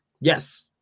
Yes